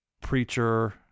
preacher